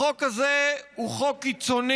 החוק הזה הוא חוק קיצוני.